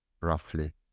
roughly